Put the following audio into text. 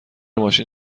ماشین